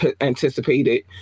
anticipated